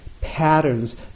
patterns